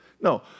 No